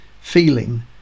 feeling